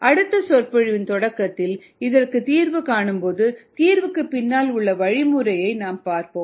அடுத்த சொற்பொழிவின் தொடக்கத்தில் இதற்கு தீர்வு காணும்போது தீர்வுக்கு பின்னால் உள்ள வழிமுறையை நாம் பார்ப்போம்